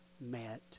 met